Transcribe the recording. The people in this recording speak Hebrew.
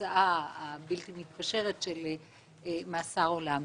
התוצאה הבלתי-מתפשרת של ענישה במאסר עולם.